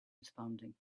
responding